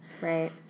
Right